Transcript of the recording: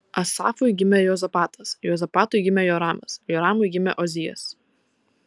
asafui gimė juozapatas juozapatui gimė joramas joramui gimė ozijas